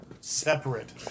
Separate